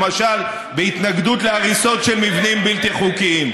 למשל בהתנגדות להריסות של מבנים בלתי חוקיים.